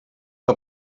que